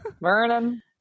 vernon